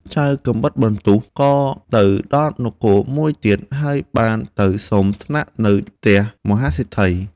ចៅកាំបិតបន្ទោះក៏ទៅដល់នគរមួយទៀត ហើយបានទៅសុំស្នាក់នៅផ្ទះមហាសេដ្ឋី។